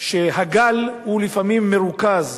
שהגל הוא לפעמים מרוכז,